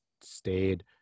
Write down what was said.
stayed